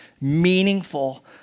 meaningful